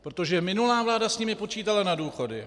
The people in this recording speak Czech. Protože minulá vláda s nimi počítala na důchody...